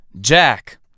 Jack